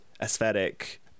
aesthetic